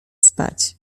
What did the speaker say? spać